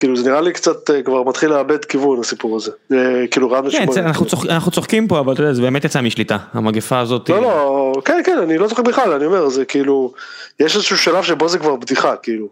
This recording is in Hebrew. כאילו זה נראה לי קצת כבר מתחיל לאבד כיוון הסיפור הזה כאילו אנחנו צוחקים פה אבל זה באמת יצא משליטה המגפה הזאת לא לא כן כן אני לא זוכר בכלל אני אומר זה כאילו יש איזשהו שלב שבו זה כבר בדיחה כאילו.